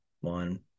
one